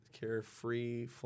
carefree